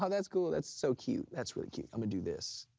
um that's cool. that's so cute. that's really cute. i'm gonna do this.